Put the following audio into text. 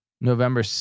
November